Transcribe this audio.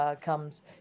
comes